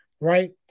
Right